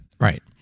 Right